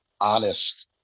honest